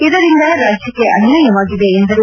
ಇದರಿಂದ ರಾಜ್ಟಕ್ಕೆ ಅನ್ವಾಯವಾಗಿದೆ ಎಂದರು